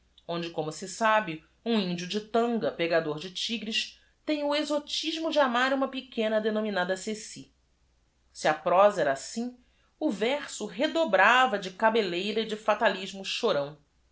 onde como se sabe u m i n d i o de tanga pegador de tigres t e m o exotismo de amar uma pequena denominada ecy e a prosa era assim o verso redobrava de cabelleira e de fatalismo chorão